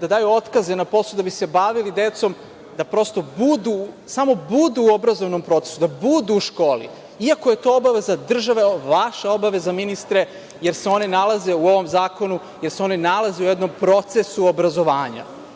da daju otkaze na poslu da bi se bavili decom, da prosto budu, samo budu u obrazovnom procesu, da budu u školi, iako je to obaveza države, vaša obaveza ministre, jer se oni nalaze u ovom zakonu, jer se oni nalaze u jednom procesu obrazovanja.O